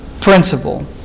principle